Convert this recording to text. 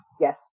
Yes